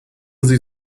sie